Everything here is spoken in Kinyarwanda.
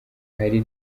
ahari